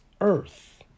earth